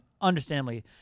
understandably